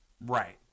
right